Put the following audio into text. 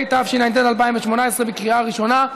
התשע"ט 2018, לקריאה ראשונה.